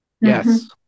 Yes